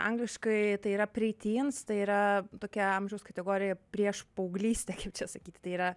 angliškai tai yra preteens tai yra tokia amžiaus kategorija prieš paauglystę kaip čia sakyt tai yra